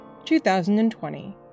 2020